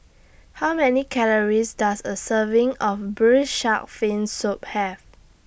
How Many Calories Does A Serving of Braised Shark Fin Soup Have